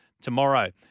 tomorrow